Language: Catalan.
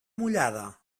mullada